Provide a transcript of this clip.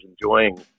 enjoying